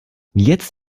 jetzt